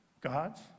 God's